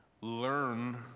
learn